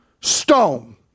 stone